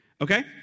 Okay